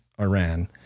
Iran